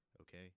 Okay